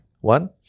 One